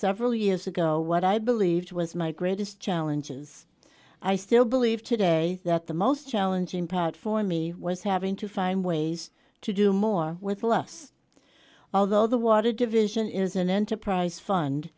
several years ago what i believed was my greatest challenges i still believe today that the most challenging part for me was having to find ways to do more with less although the wada division is an enterprise fund